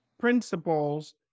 principles